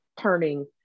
turning